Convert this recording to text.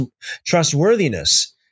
trustworthiness